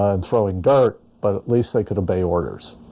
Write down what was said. and throwing dirt, but at least they could obey orders